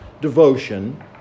devotion